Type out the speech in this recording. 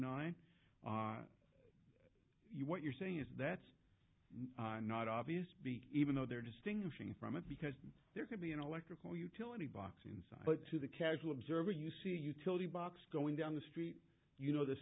nine are you what you're saying is that are not obvious be even though they're distinguishing from it because there could be an electrical utility box inside but to the casual observer you see the utility box going down the street you know there's